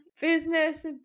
business